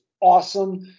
awesome